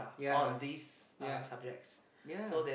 yeah yeah yeah